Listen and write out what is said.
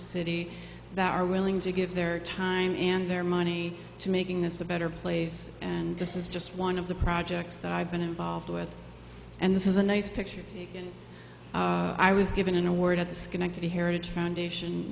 city that are willing to give their time and their money to making this a better place and this is just one of the projects that i've been involved with and this is a nice picture i was given an award at the schenectady heritage foundation